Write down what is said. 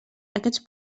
aquests